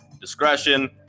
discretion